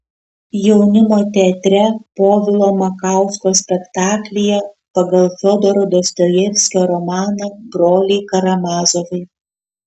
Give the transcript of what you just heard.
jaunimo teatre povilo makausko spektaklyje pagal fiodoro dostojevskio romaną broliai karamazovai